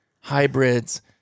hybrids